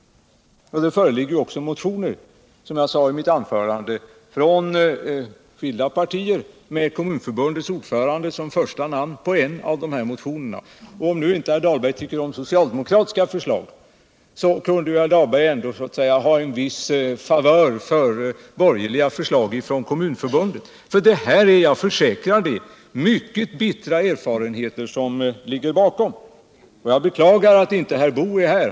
Det föreligger också, som jag sade i mitt huvudanförande, motioner från skilda partier, med Kommunförbundets ordförande som första namn på en av dessa motioner. Om nu herr Dahlberg inte tycker om socialdemokratiska förslag, kunde herr Dahlberg ändå ha en viss känsla för borgerliga förslag från Kommunförbundet. Det är mycket bittra erfarenheter som ligger bakom. Jag beklagar att inte herr Boo är här.